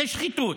זו שחיתות.